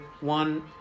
one